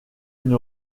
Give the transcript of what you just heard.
une